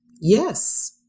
Yes